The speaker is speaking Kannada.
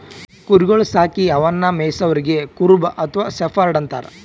ಕುರಿಗೊಳ್ ಸಾಕಿ ಅವನ್ನಾ ಮೆಯ್ಸವರಿಗ್ ಕುರುಬ ಅಥವಾ ಶೆಫರ್ಡ್ ಅಂತಾರ್